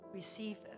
receive